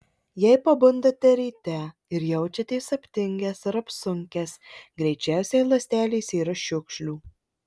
jei pabundate ryte ir jaučiatės aptingęs ar apsunkęs greičiausiai ląstelėse yra šiukšlių